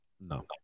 no